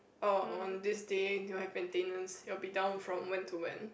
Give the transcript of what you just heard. oh on this day they will have maintenance it will be down from when to when